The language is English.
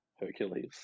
hercules